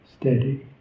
steady